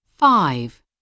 Five